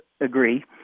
agree